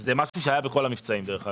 זה משהו שהיה בכל המבצעים, דרך אגב.